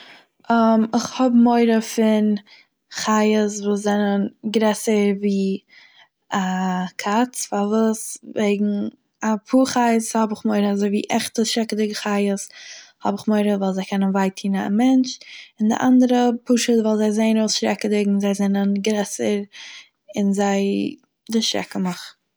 איך האב מורא פון חיות וואס זענען גרעסער ווי א קאץ פארוואס, וועגן אפאהר חיות האב איך מורא, אזוי ווי עכטע שרעקעדיגע חיות האב איך מורא ווייל זיי קענען וויי טוהן א מענטש און די אנדערע פשוט ווייל זיי זעהן אויס שרעקעדיג און זיי זענען גרעסער און זיי דערשרעקן מיך.